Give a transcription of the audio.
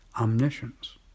omniscience